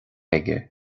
aige